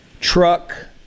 truck